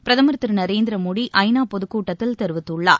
பிரதமர் திரு நரேந்திர மோடி ஐ நா பொது கூட்டத்தில் தெரிவித்துள்ளார்